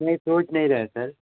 नहीं सोच नहीं रहे सर